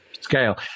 scale